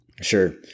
Sure